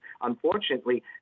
unfortunately